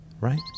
right